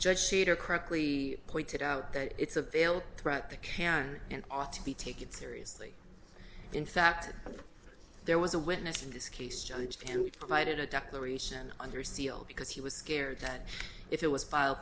judge cheater correctly pointed out that it's a veiled threat that can and ought to be taken seriously in fact there was a witness in this case judge and we provided a declaration under seal because he was scared that if it was filed